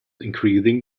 increasing